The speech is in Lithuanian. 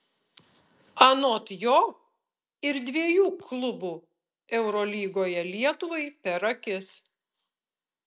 anot jo ir dviejų klubų eurolygoje lietuvai per akis